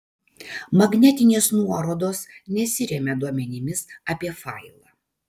magnetinės nuorodos nesiremia duomenimis apie failą